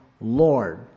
Lord